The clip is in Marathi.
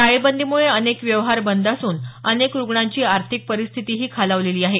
टाळेबंदीमुळे अनेक व्यवहार बंद असून अनेक रुग्णांची आर्थिक परिस्थितीही खालावलेली आहे